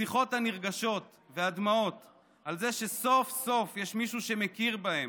השיחות הנרגשות והדמעות על זה שסוף-סוף יש מישהו שמכיר בהם,